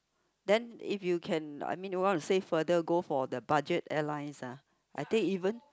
then if you can I mean you want to save further go for the budget airlines ah I think even